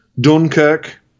Dunkirk